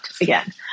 again